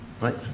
right